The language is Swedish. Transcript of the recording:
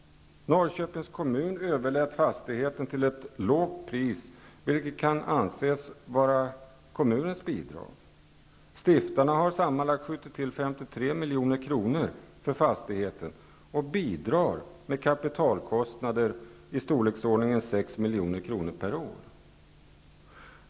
Norrköpings kommun överlät fastigheten till ett lågt pris, viket kan anses vara kommunens bidrag. Stiftarna har sammanlagt tillskjutit 53 milj.kr. för fastigheten och bidrar till kapitalkostnader med i storleksordningen 6 milj.kr.